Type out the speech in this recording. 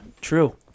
true